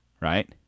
right